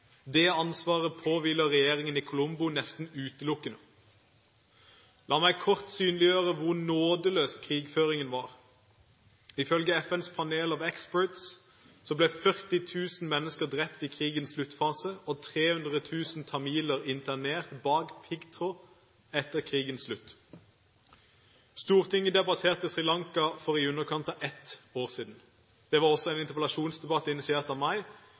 Det ansvaret påhviler regjeringen i Colombo nesten utelukkende. La meg kort synliggjøre hvor nådeløs krigføringen var. Ifølge FNs Panel of Experts ble 40 000 mennesker drept i krigens sluttfase og 300 000 tamiler internert bak piggtråd etter krigens slutt. Stortinget debatterte Sri Lanka for i underkant av ett år siden. Det var også en interpellasjonsdebatt initiert av